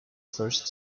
first